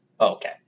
Okay